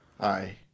Hi